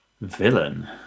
Villain